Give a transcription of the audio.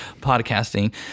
podcasting